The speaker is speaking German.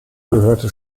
gehörte